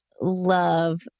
love